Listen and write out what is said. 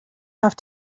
have